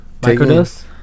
Microdose